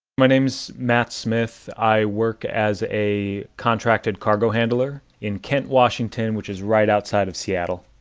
my name is matt smith. i work as a contracted cargo handler in kent, washington, which is right outside of seattle.